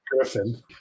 griffin